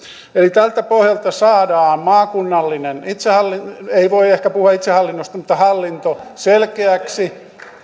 tältä pohjalta saadaan maakunnallinen hallinto ei voi ehkä puhua itsehallinnosta mutta hallinto selkeäksi